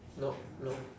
nope nope